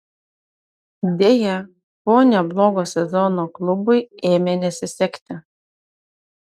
deja po neblogo sezono klubui ėmė nesisekti